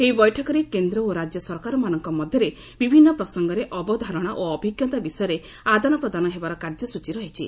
ଏହି ବୈଠକରେ କେନ୍ଦ୍ର ଓ ରାଜ୍ୟ ସରକାରମାନଙ୍କ ମଧ୍ୟରେ ବିଭିନ୍ନ ପ୍ରସଙ୍ଗରେ ଅବଧାରଣା ଓ ଅଭିଜ୍ଞତା ବିଷୟରେ ଆଦାନ ପ୍ରଦାନ ହେବାର କାର୍ଯ୍ୟସ୍ଚୀ ରହିଛି